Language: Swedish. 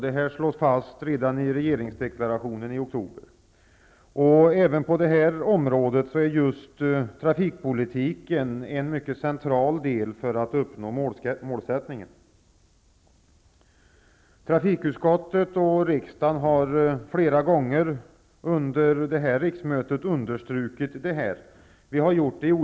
Det slås fast redan i regeringsförklaringen från oktober. Även på detta område är just trafikpolitiken en central del för att uppnå målsättningen. Trafikutskottet och riksdagen har flera gånger under riksmötet understrukit detta.